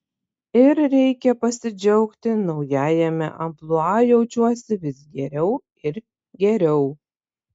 ir reikia pasidžiaugti naujajame amplua jaučiuosi vis geriau ir geriau